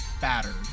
battered